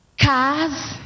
cars